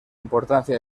importancia